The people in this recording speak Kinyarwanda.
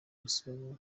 basobanura